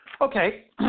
Okay